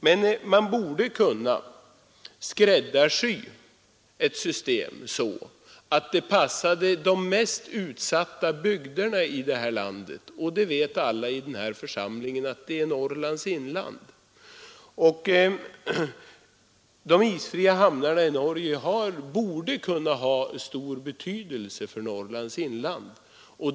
Man borde emellertid kunna skräddarsy ett system så att det passade de mest utsatta bygderna i landet, och alla i denna församling vet att det är Norrlands inland. De isfria hamnarna i Norge borde kunna ha stor betydelse för Norrlands inland.